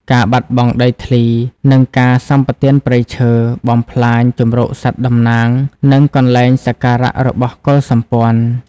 ការបាត់បង់ដីធ្លី និងការសម្បទានព្រៃឈើ បំផ្លាញជម្រកសត្វតំណាង និងកន្លែងសក្ការៈរបស់កុលសម្ព័ន្ធ។